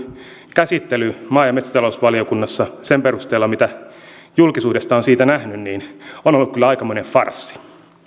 käsittely maa ja metsätalousvaliokunnassa sen perusteella mitä julkisuudesta olen siitä nähnyt on ollut kyllä aikamoinen farssi